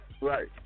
Right